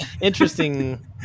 Interesting